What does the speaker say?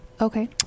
Okay